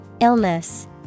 Illness